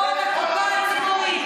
אחראים בממשלה הנוכחית לטיהור אתני.